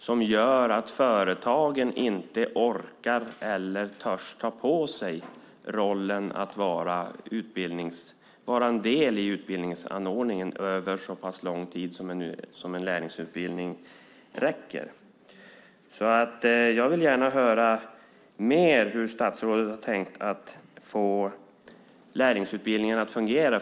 Det gör att företagen inte orkar eller törs ta på sig att vara en del i utbildningsanordningen över så lång tid som en lärlingsutbildning varar. Jag vill gärna höra hur statsrådet har tänkt att lärlingsutbildningen ska fungera.